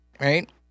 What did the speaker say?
right